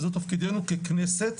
וזה תפקידנו ככנסת,